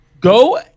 Go